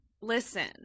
Listen